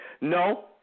No